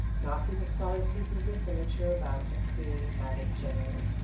knocking the smaller pieces of furniture about and creating havoc generally.